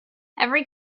every